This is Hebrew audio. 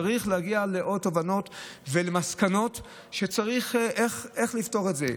צריך להגיע לעוד תובנות ולהסיק מסקנות על איך לפתור את זה,